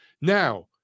Now